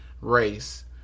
race